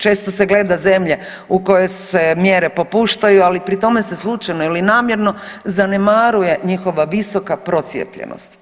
Često se gleda zemlje u kojima se mjere popuštaju, ali pri tome se slučajno ili namjerno zanemaruje njihova visoka procijepljenost.